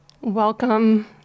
Welcome